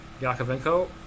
Yakovenko